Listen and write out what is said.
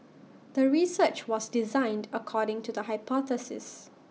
the research was designed according to the hypothesis